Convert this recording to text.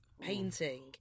painting